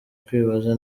kwibaza